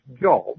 job